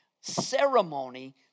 ceremony